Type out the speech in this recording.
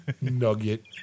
Nugget